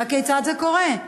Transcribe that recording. הכיצד זה קורה?